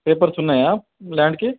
papers ఉన్నాయా ల్యాండ్కి